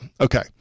Okay